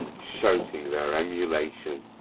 shouting their emulation.